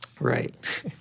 Right